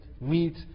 meat